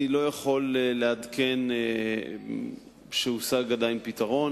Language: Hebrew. אני עדיין לא יכול לעדכן שהושג פתרון.